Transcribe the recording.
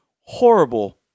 horrible